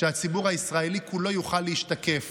שהציבור הישראלי כולו יוכל להשתקף.